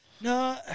No